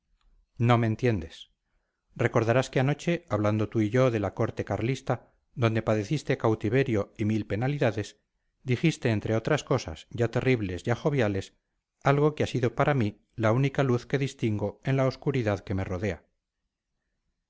no me entiendes recordarás que anoche hablando tú y yo de la corte carlista donde padeciste cautiverio y mil penalidades dijiste entre otras cosas ya terribles ya joviales algo que ha sido para mí la única luz que distingo en la obscuridad que me rodea